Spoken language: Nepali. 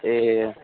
ए